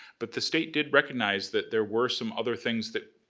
but the state did recognize that there were some other things that,